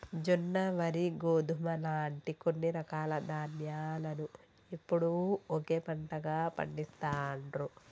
జొన్న, వరి, గోధుమ లాంటి కొన్ని రకాల ధాన్యాలను ఎప్పుడూ ఒకే పంటగా పండిస్తాండ్రు